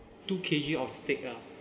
two K_G of steak ah